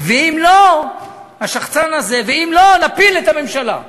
ואם לא, השחצן הזה, ואם לא, נפיל את הממשלה.